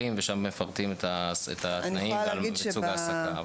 ושם מפרטים את התנאים ואת סוג ההעסקה.